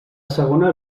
segona